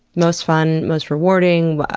most fun? most rewarding?